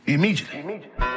Immediately